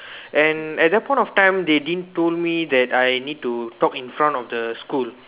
and that point of time they didn't told me that I need to talk in front of the school